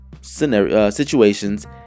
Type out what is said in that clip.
Situations